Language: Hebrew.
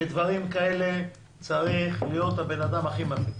בדברים האלה צריך להיות האדם הכי מתאים.